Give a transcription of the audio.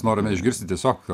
norime išgirsti tiesiog